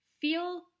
feel